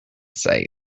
sight